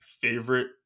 favorite